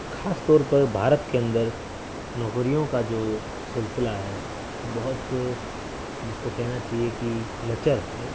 خاص طور پر بھارت کے اندر نوکریوں کا جو سلسلہ ہے بہت جس کو کہنا چاہیے کہ لچر ہے